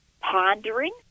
pondering